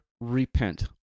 Repent